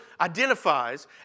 identifies